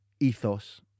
ethos